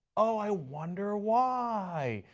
ah i wonder why.